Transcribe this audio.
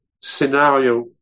scenario